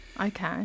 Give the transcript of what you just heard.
Okay